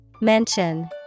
Mention